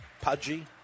Pudgy